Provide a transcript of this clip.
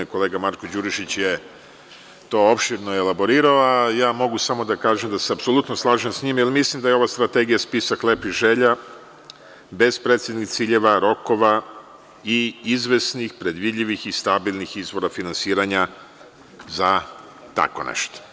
Kolega Marko Đurišić je to opširno elaborirao, a ja mogu samo da kažem da se apsolutno slažem sa njim, jer mislim da je ova strategija spisak lepih želja, bez preciznih ciljeva, rokova i izvesnih predvidljivih i stabilnih izvora finansiranja za tako nešto.